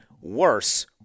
worse